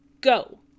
Go